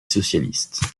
socialiste